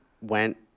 went